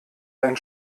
ein